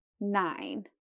nine